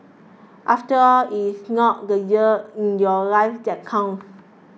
after it is not the years in your life that count